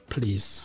Please